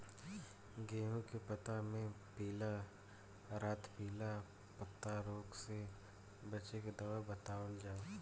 गेहूँ के पता मे पिला रातपिला पतारोग से बचें के दवा बतावल जाव?